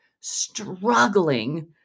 struggling